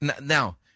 Now